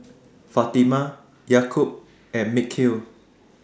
Fatimah Yaakob and Mikhail